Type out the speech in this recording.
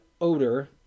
odor